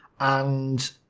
and